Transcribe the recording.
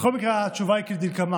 בכל מקרה, התשובה היא כדלקמן: